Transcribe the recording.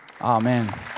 Amen